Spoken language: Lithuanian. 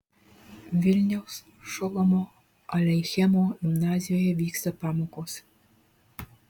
vilniaus šolomo aleichemo gimnazijoje vyksta pamokos